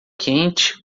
quente